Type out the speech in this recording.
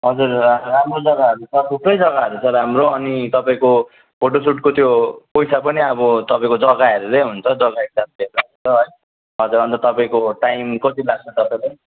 हजुर राम्रो जग्गाहरू छ थुप्रै जग्गाहरू छ राम्रो अनि तपाईँको फोटो सुटको त्यो पैसा पनि अब तपाईँको जग्गा हेरेरै हुन्छ है हजुर अन्त तपाईँको टाइमिङ कति लाग्छ तपाईँलाई